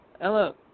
Hello